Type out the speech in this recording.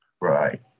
Right